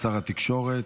שר התקשורת,